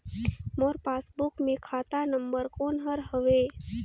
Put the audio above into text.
मोर passbook मे खाता number कोन हर हवे?